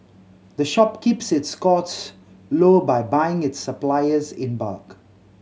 the shop keeps its costs low by buying its suppliers in bulk